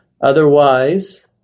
Otherwise